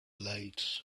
late